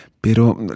pero